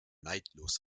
neidlos